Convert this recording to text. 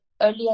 earlier